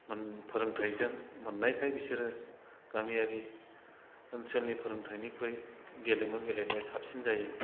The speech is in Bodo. फोरोंथायजों मोननायखाय बिसोरो गामियारि ओनसोलनि फोरोंथायनिख्रुइ गेलेमु गेलेनाया साबसिन जायो